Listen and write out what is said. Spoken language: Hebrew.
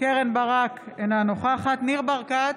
קרן ברק, אינה נוכחת ניר ברקת,